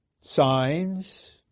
signs